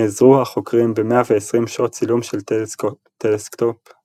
נעזרו החוקרים ב-120 שעות צילום של טלסקופ האבל.